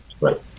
Right